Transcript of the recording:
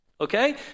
Okay